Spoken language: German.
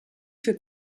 für